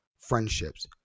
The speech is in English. friendships